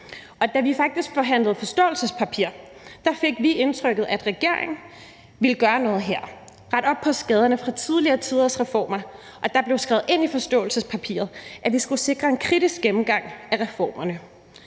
Da vi forhandlede forståelsespapiret, fik vi faktisk et indtryk af, at regeringen ville gøre noget her og rette op på skaderne fra tidligere tiders reformer, og der blev skrevet ind i forståelsespapiret, at vi skulle sikre en kritisk gennemgang af reformerne.